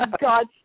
God